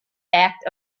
act